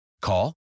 Call